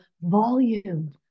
volume